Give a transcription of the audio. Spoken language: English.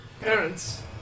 parents